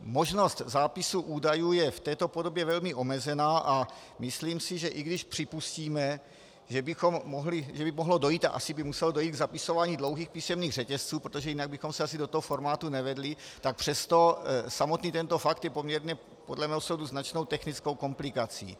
Možnost zápisu údajů je v této podobě velmi omezená a myslím si, že i když připustíme, že by mohlo dojít, a asi by muselo dojít, k zapisování dlouhých písemných řetězců, protože jinak bychom se asi do formátu nevešli, tak přesto samotný tento fakt je poměrně podle mého soudu značnou technickou komplikací.